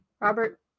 Robert